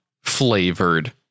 flavored